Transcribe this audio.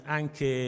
anche